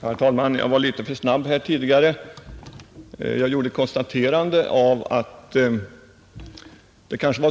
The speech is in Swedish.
Herr talman! Jag var tydligen litet för snabb i mitt tidigare inlägg, då jag konstaterade att vi kanske